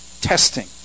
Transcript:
Testing